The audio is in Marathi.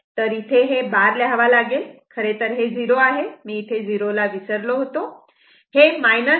तर इथे बार लिहावा लागेल खरेतर हे 0 आहे मी इथे 0 ला विसरलो होतो